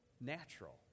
natural